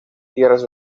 tierras